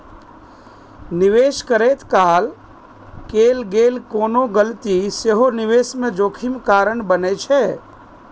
निवेश करैत काल कैल गेल कोनो गलती सेहो निवेश मे जोखिम कारण बनै छै